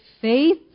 faith